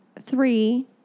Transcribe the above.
three